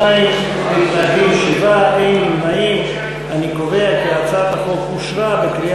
ההצעה להעביר את הצעת חוק סדר הדין הפלילי